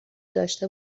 داشته